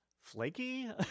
flaky